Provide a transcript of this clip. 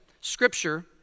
Scripture